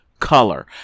color